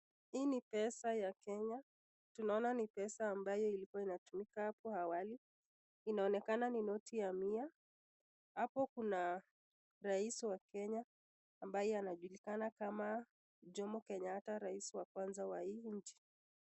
Hii ni pesa ya Kenya tunaona ni pesa ambayo ilikuwa inatumika hapo awali inaonekana ni noti ya mia. Hapo kuna rais wa Kenya ambaye anajulikana kama Jomo Kenyatta rais wa kwanza wa hii nchi.